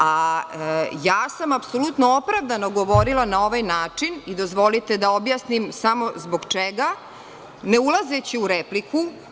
Apsolutno opravdano sam govorila na ovaj način i dozvolite da objasnim samo zbog čega, ne ulazeći u repliku.